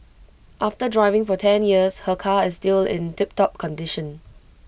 after driving for ten years her car is still in tiptop condition